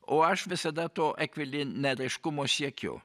o aš visada to ekvilineriškumo siekiu